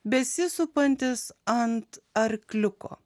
besisupantis ant arkliuko